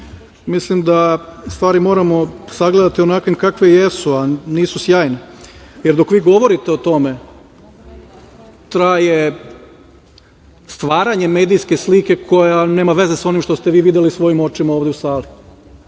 mislim da stvari moramo sagledati onakvim kakve jesu, a nisu sjajne, jer dok vi govorite o tome traje stvaranje medijske slike koja nema veze sa onim što ste vi videli svojim očima ovde u sali.